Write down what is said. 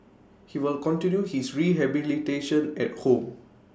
he will continue his rehabilitation at home